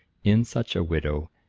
in such a widow,